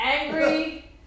angry